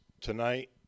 tonight